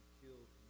killed